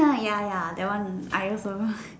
uh ya ya that one I also